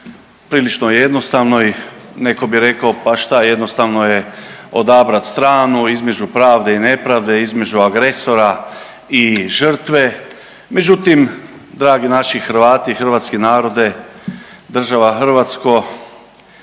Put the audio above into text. prilično je jednostavno i neko bi rekao pa šta jednostavno je odabrati stranu između pravde i nepravde, između agresora i žrtve. Međutim, dragi naši Hrvati, hrvatski narode država Hrvatsko